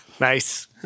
nice